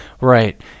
Right